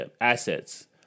assets